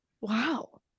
Wow